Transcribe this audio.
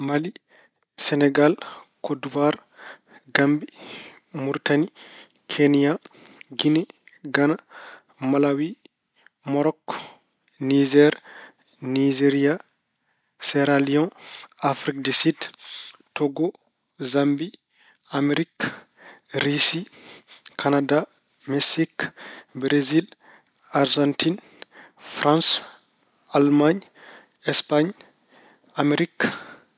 Mali, Senegal, Kodduwar, Gammbi, Muritani, Kenña, Gine, Gana, Malawi, Moorok, Niijer, Niijeriya, Seeraliyon, Afirik de Sid, Togo, Jambi, Amerik, Riisi, Kanada, Meksik, Berejil, Arjantin, Faranse, Almaañ, Espaañ, Amerik,